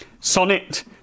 sonnet